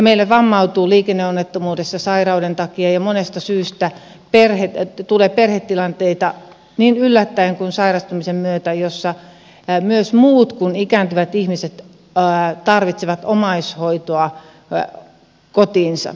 meillä on vammautuneita liikenneonnettomuudesta sairauden takia ja monesta syystä ja tulee perhetilanteita yllättäen tai sairastumisen myötä jolloin myös muut kuin ikääntyvät ihmiset tarvitsevat omaishoitoa kotiinsa